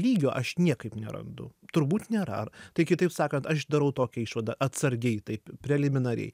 lygio aš niekaip nerandu turbūt nėra tai kitaip sakant aš darau tokią išvadą atsargiai taip preliminariai